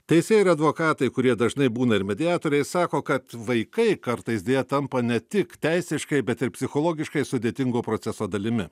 teisėjai ir advokatai kurie dažnai būna ir mediatoriai sako kad vaikai kartais deja tampa ne tik teisiškai bet ir psichologiškai sudėtingo proceso dalimi